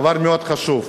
דבר מאוד חשוב,